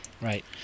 Right